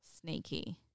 sneaky